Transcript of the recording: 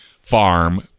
farm